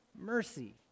mercy